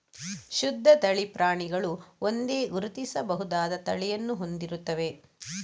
ಶುದ್ಧ ತಳಿ ಪ್ರಾಣಿಗಳು ಒಂದೇ, ಗುರುತಿಸಬಹುದಾದ ತಳಿಯನ್ನು ಹೊಂದಿರುತ್ತವೆ